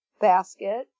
basket